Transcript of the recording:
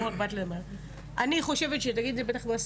אני מניחה שתגידי את זה בסיכום,